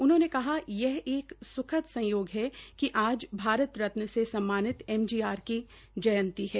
उन्होंने कहा कि यह एक स्खद संयोग है कि आज भारत रतन से सम्मानित एमजीआर की जयंती है